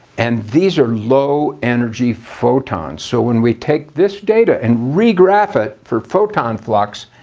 and these are low energy photons. so when we take this data and re-graph it for photon flux,